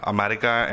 America